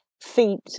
feet